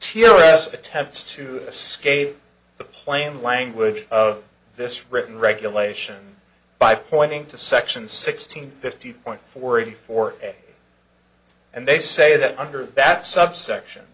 arrest attempts to escape the plain language of this written regulation by pointing to section sixteen fifty point four eighty four and they say that under that subsection